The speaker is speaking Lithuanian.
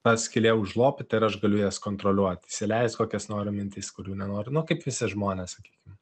ta skylė užlopyta ir aš galiu jas kontroliuoti įsileist kokias nori mintis kurių nenori nu kaip visi žmonės sakykim